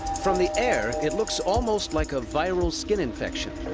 from the air, it looks almost like a viral skin infection.